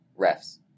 Refs